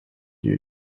you